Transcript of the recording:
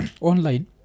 online